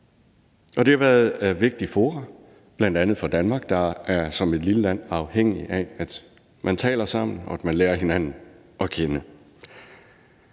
Det har været vigtige fora, bl.a. for Danmark, der som et lille land er afhængigt af, at man taler sammen, og at man lærer hinanden at kende.